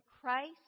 Christ